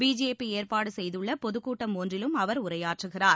BJP ஏற்பாடு செய்துள்ள பொதுக் கூட்டம் ஒன்றிலும் அவர் உரையாற்றுகிறார்